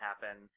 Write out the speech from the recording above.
happen